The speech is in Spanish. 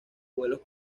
vuelos